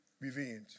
revenge